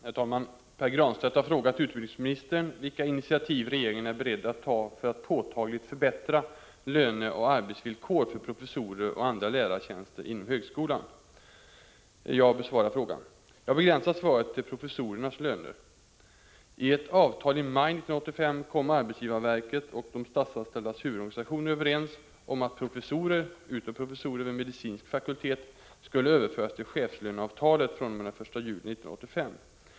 Herr talman! Pär Granstedt har frågat utbildningsministern vilka initiativ regeringen är beredd att ta för att påtagligt förbättra löneoch arbetsvillkor för professorer och andra lärare inom högskolan. Jag besvarar frågan. Jag begränsar svaret till professorernas löner. I ett avtal i maj 1985 kom arbetsgivarverket och de statsanställdas huvudorganisationer överens om att professorer, utom professorer vid medicinsk fakultet, skulle överföras till chefslöneavtalet fr.o.m. den 1 juli 1985.